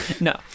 No